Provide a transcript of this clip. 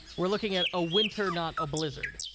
we're looking at a winter, not a blizzard.